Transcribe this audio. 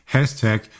Hashtag